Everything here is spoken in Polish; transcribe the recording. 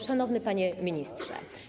Szanowny Panie Ministrze!